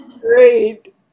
Great